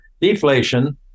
deflation